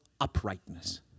uprightness